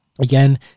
Again